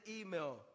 email